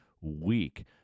week